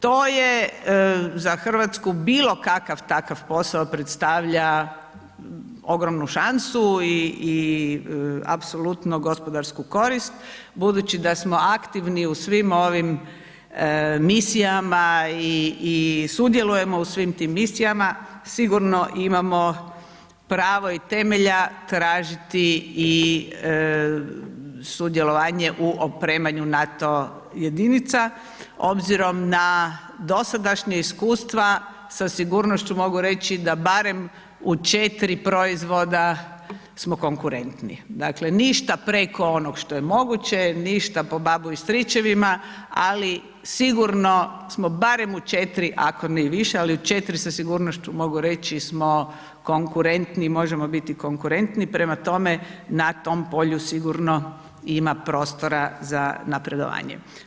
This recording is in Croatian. To je za RH bilo kakav takav posao predstavlja ogromnu šansu i apsolutno gospodarsku korist budući da smo aktivni u svim ovim misijama i sudjelujemo u svim tim misijama, sigurno imamo pravo i temelja tražiti i sudjelovanje u opremanju NATO jedinica obzirom na dosadašnja iskustva sa sigurnošću mogu reći da barem u 4 proizvoda smo konkurentni, dakle ništa preko onog što je moguće, ništa po babu i stričevima, ali sigurno smo barem u 4 ako ne i više, ali u 4 sa sigurnošću mogu reći smo konkurentni i možemo biti konkurentni, prema tome na tom polju sigurno ima prostora za napredovanje.